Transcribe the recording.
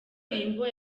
ndirimbo